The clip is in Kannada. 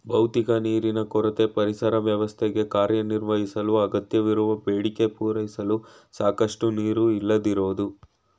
ಭೌತಿಕ ನೀರಿನ ಕೊರತೆ ಪರಿಸರ ವ್ಯವಸ್ಥೆಗೆ ಕಾರ್ಯನಿರ್ವಹಿಸಲು ಅಗತ್ಯವಿರುವ ಬೇಡಿಕೆ ಪೂರೈಸಲು ಸಾಕಷ್ಟು ನೀರು ಇಲ್ಲದಿರೋದು